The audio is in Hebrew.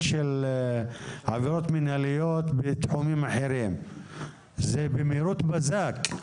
של עבירות מנהליות בתחומים אחרים זה במהירות בזק,